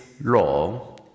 law